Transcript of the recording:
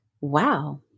Wow